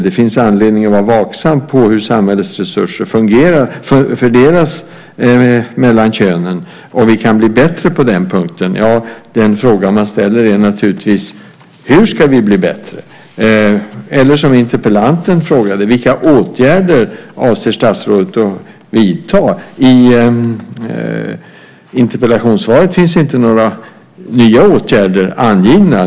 Det finns anledning att vara vaksam på hur samhällets resurser fördelas mellan könen, och vi kan bli bättre på den punkten. Ja, den fråga man ställer är naturligtvis: Hur ska vi bli bättre? Eller som interpellanten frågade: Vilka åtgärder avser statsrådet att vidta? I interpellationssvaret finns inte några nya åtgärder angivna.